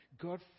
God